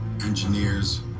engineers